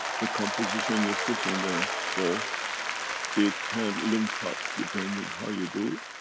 the composition you put in the ball it can link up, depending how you do,